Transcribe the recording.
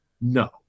No